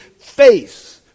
face